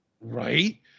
Right